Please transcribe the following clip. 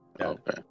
Okay